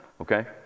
okay